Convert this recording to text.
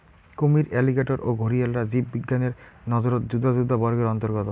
কুমীর, অ্যালিগেটর ও ঘরিয়ালরা জীববিজ্ঞানের নজরত যুদা যুদা বর্গের অন্তর্গত